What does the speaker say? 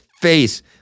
face